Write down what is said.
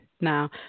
now